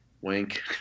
wink